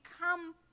come